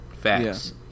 Facts